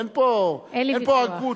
אין פה, אין פה הגות.